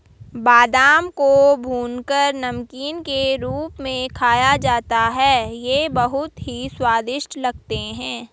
बादाम को भूनकर नमकीन के रूप में खाया जाता है ये बहुत ही स्वादिष्ट लगते हैं